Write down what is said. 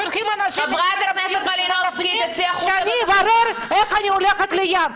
אתם שולחים אנשים למשרד הבריאות כשלא ברור לי איך אני הולכת לים.